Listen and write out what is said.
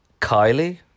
Kylie